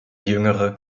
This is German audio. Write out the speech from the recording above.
jüngere